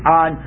on